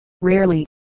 Rarely